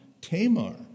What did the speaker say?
Tamar